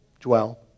Dwell